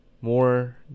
More